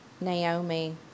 Naomi